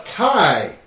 tie